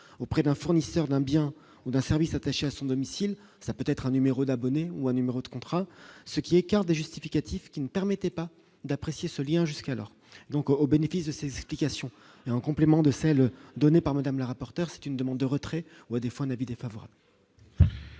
auprès d'un fournisseur d'un bien ou d'un service attaché à son domicile, ça peut être un numéro d'abonné ou un numéro de contrat, ce qui écarte des justificatifs qui ne permettait pas d'apprécier ce lien jusqu'alors donc au bénéfice de ces explications et en complément de celle donnée par Madame le rapporteur, c'est une demande de retrait ou à défaut un avis défavorable.